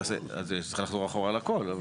צריך לחזור אחורה על הכל.